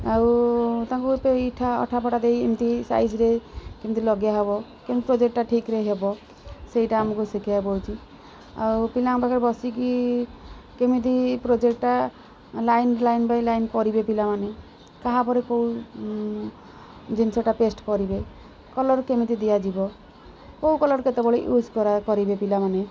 ଆଉ ତାଙ୍କୁ ଏଇଟା ଅଠାଫଠା ଦେଇ ଏମିତି ସାଇଜ୍ରେ କେମିତି ଲଗେଇ ହେବ କେମିତି ପ୍ରୋଜେକ୍ଟଟା ଠିକ୍ରେ ହେବ ସେଇଟା ଆମକୁ ଶିଖିବାକୁ ପଡ଼ୁଛି ଆଉ ପିଲାଙ୍କ ପାଖରେ ବସିକି କେମିତି ପ୍ରୋଜେକ୍ଟଟା ଲାଇନ୍ ଲାଇନ୍ ବାଇ ଲାଇନ୍ ପରିବେ ପିଲାମାନେ କାହା ପରେ କୋଉ ଜିନିଷଟା ପେଷ୍ଟ୍ ପରିବେ କଲର୍ କେମିତି ଦିଆଯିବ କୋଉ କଲର୍ କେତେବେଳେ ୟୁଜ୍ କରା କରିବେ ପିଲାମାନେ